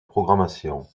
programmation